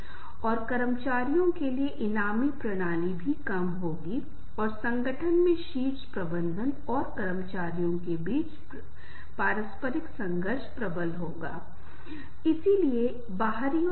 ये आवश्यकताएं हैं अगर कोई व्यक्ति भूखा है अगर कोई व्यक्ति मर रहा है तो वह इन सभी शिष्टाचार को भूल जाएंगे और बस जीवित रहना चाहेंगे